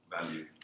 value